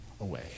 away